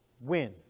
win